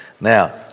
Now